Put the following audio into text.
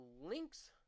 links